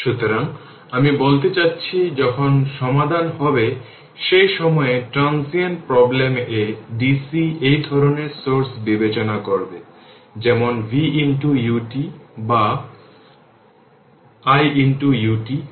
সুতরাং আমি বলতে চাচ্ছি যখন সমাধান হবে সেই সময়ে ট্রানসিয়েন্ট প্রব্লেম এ ডিসি এই ধরণের সোর্স বিবেচনা করবে যেমন v ut বা i ut হবে